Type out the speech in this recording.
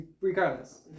regardless